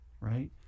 right